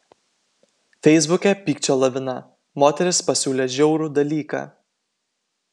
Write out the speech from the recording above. feisbuke pykčio lavina moteris pasiūlė žiaurų dalyką